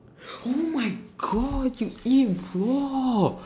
oh my god you eat it raw